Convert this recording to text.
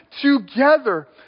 together